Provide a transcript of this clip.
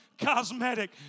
cosmetic